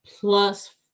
plus